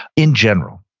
in general,